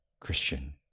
Christian